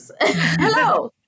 Hello